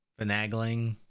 finagling